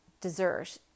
dessert